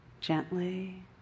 Gently